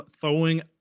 throwing